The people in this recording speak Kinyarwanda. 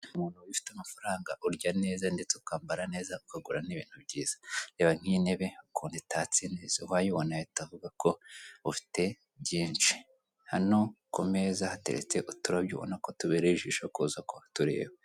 Iyo ufite amafaranga urya neza, ndetse ukambara neza, ukagura n'ibintu byiza, reba nk'iyi ntebe ukuntu itatse neza, uwayibona yahita avuga ko ufite byinshi, hano ku meza hateretse uturabyo ubona ko tubereye ijisho kuza kuhatureba.